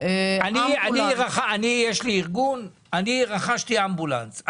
יש לי ארגון ורכזתי עבורו אמבולנס?